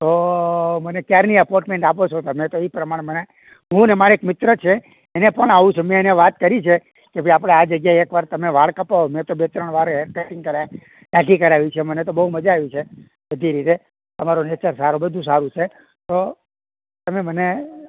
તો મને ક્યારની અપોન્ટમેન્ટ આપો છો તમે તો એ પ્રમાણે મને હું અને માર એક મિત્ર છે એને પણ આવવું છે મેં એને વાત કરી છે કે ભાઈ આપણે આ જગ્યાએ એક વાર તમે વાળ કપાવો મેં તો બે ત્રણ વાર હેર કટિંગ ત્યાંથી કરાવ્યું છે મને તો બહુ મજા આયવી છે બધી રીતે તમારો નેચર સારો બધું સારું છે તો તમે મને